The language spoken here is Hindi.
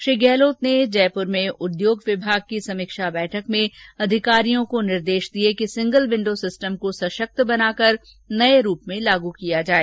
श्री गहलोत ने जयपुर में उद्योग विभाग की समीक्षा बैठक में अधिकारियों को निर्देश दिए कि सिंगल विंडो सिस्टम को सशक्त बनाकर नये रूप में लागू किया जाए